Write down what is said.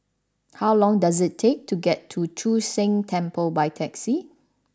how long does it take to get to Chu Sheng Temple by taxi